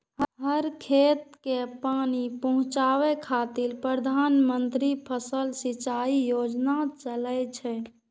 हर खेत कें पानि पहुंचाबै खातिर प्रधानमंत्री फसल सिंचाइ योजना चलै छै